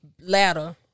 ladder